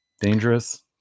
Dangerous